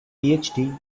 phd